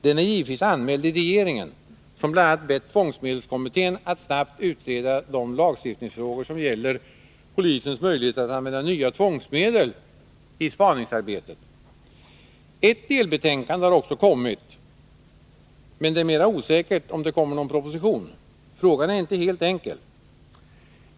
Den är givetvis anmäld i regeringen, som bl.a. bett tvångsmedelskommittén att snabbt utreda de lagstiftningsfrågor som gäller polisens möjligheter att använda nya tvångsmedel i spaningsarbetet. Ett delbetänkande har också kommit, men det är mera osäkert om det kommer någon proposition. Frågan är inte helt enkel.